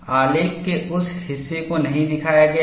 आलेख के उस हिस्से को नहीं दिखाया गया है